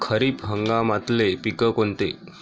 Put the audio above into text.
खरीप हंगामातले पिकं कोनते?